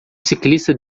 ciclista